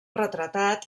retratat